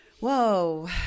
Whoa